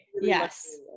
yes